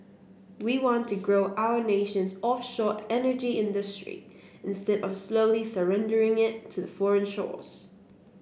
we want to grow our nation's offshore energy industry instead of slowly surrendering it to foreign shores